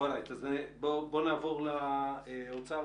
נעבור לאוצר.